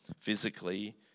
physically